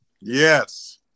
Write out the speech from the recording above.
Yes